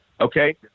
Okay